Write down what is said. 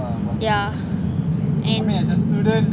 yeah and